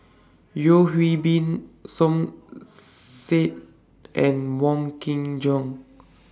Yeo Hwee Bin Som Said and Wong Kin Jong